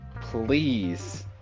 Please